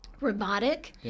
robotic